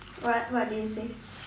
what what did you say